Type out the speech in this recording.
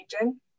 region